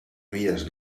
milles